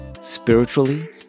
spiritually